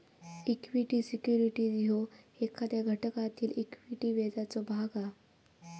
equity securities ह्यो एखाद्या घटकातील इक्विटी व्याजाचो भाग हा